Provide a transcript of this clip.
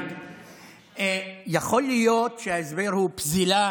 יכול להיות שההסבר הוא פזילה